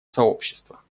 сообщества